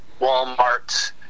Walmart